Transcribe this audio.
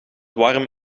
warm